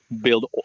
build